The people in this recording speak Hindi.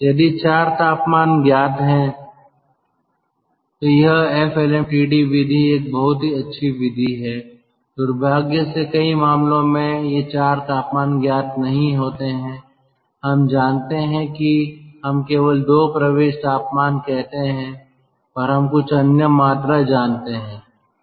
यदि 4 तापमान ज्ञात हैं तो यह एफ एलएमटीडी विधि एक बहुत अच्छी विधि है दुर्भाग्य से कई मामलों में ये 4 तापमान ज्ञात नहीं होते हैं हम जानते हैं कि हम केवल 2 प्रवेश तापमान कहते हैं और हम कुछ अन्य मात्रा जानते हैं